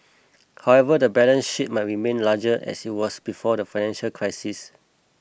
however the balance sheet might remain larger as it was before the financial crisis